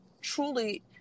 truly